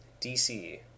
DC